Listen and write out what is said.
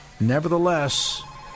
nevertheless